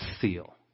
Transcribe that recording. seal